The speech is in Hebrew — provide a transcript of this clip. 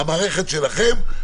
המערכת שלכם,